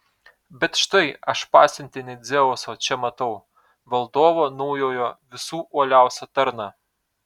bet štai aš pasiuntinį dzeuso čia matau valdovo naujojo visų uoliausią tarną